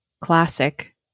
classic